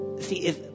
see